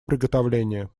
приготовления